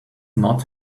not